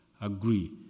agree